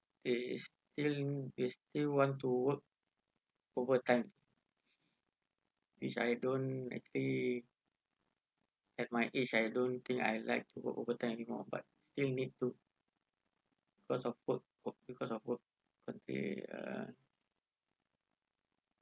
they still they still want to work overtime which I don't actually at my age I don't think I like to work overtime anymore but still need to because of work because of work could be uh